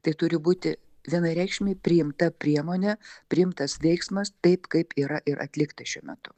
tai turi būti vienareikšmiai priimta priemonė priimtas veiksmas taip kaip yra ir atlikta šiuo metu